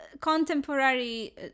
contemporary